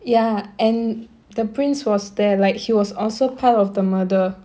ya and the prince was there like he was also part of the murder